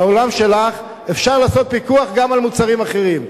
בעולם שלך, אפשר לעשות פיקוח גם על מוצרים אחרים.